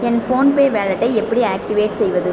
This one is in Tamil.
என் ஃபோன்பே வாலெட்டை எப்படி ஆக்டிவேட் செய்வது